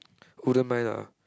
wouldn't mind lah